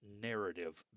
narrative